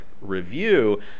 Review